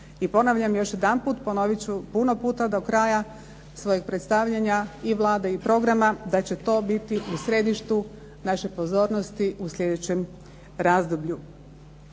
I ponavljam još jedanput, ponovit ću puno puta do kraja svojeg predstavljanja i Vlade i programa da će to biti u središtu naše pozornosti u slijedećem razdoblju.